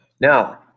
now